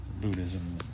Buddhism